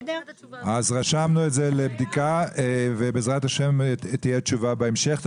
רשמנו את זה לבדיקה ובעזרת השם תהיה תשובה בהמשך.